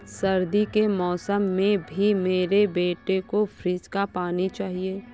सर्दी के मौसम में भी मेरे बेटे को फ्रिज का पानी चाहिए